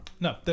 No